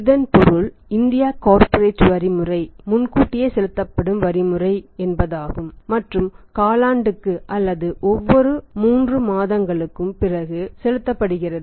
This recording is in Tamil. இதன் பொருள் இந்திய கார்ப்பரேட் டாக்ஸ் முறை முன்கூட்டியே செலுத்தப்படும் வரி முறையாகும் மற்றும் காலாண்டுக்கு அதாவது ஒவ்வொரு 3 மாதங்களுக்கும் பிறகு செலுத்தப்படுகிறது